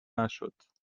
نشد